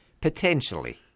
Potentially